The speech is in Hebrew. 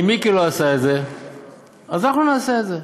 אם מיקי לא עשה את זה אז אנחנו נעשה את זה,